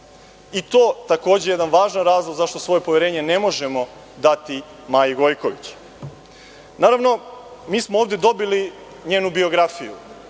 To je takođe jedan važan razlog zašto svoje poverenje ne možemo dati Maji Gojković. Naravno, mi smo ovde dobili njenu biografiju.